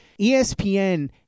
ESPN